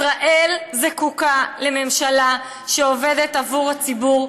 ישראל זקוקה לממשלה שעובדת עבור הציבור,